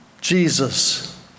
jesus